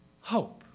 hope